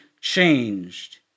changed